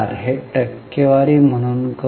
हे टक्केवारी म्हणून करू